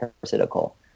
parasitical